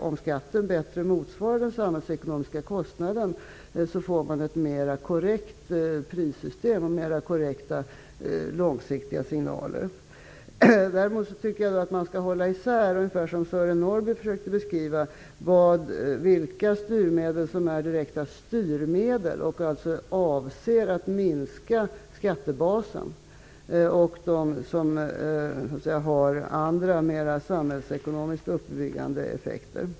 Om skatten bättre motsvarar den samhällsekonomiska kostnaden blir det ju ett mer korrekt prissystem och mer korrekta långsiktiga signaler. Däremot tycker jag nog, som Sören Norrby försökte beskriva, att man skall hålla isär vilka styrmedel som är direkta styrmedel, dvs. som avser att minska skattebasen, och vilka som har andra mer samhällsekonomiskt uppbyggande effekter.